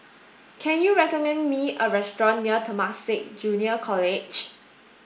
can you recommend me a restaurant near Temasek Junior College